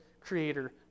creator